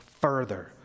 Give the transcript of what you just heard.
further